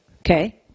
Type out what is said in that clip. Okay